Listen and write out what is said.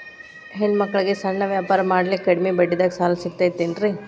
ಹೆಣ್ಣ ಮಕ್ಕಳಿಗೆ ಸಣ್ಣ ವ್ಯಾಪಾರ ಮಾಡ್ಲಿಕ್ಕೆ ಕಡಿಮಿ ಬಡ್ಡಿದಾಗ ಸಾಲ ಸಿಗತೈತೇನ್ರಿ?